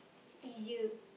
it's easier